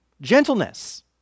gentleness